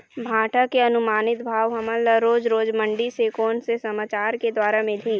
भांटा के अनुमानित भाव हमन ला रोज रोज मंडी से कोन से समाचार के द्वारा मिलही?